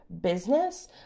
business